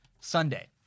Sunday